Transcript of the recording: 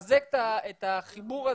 יהודים שכמובן זה מחזק את הזהות היהודית